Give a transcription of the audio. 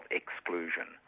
exclusion